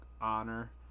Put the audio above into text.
honor